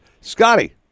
Scotty